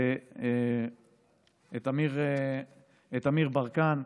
את אמיר ברקן,